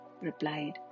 replied